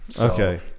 Okay